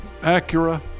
Acura